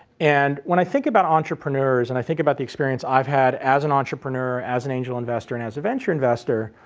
and when i think about entrepreneurs and i think about the experience i've had as an entrepreneur, as an angel investor and as a venture investor,